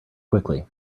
quickly